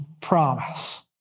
promise